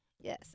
yes